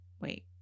wait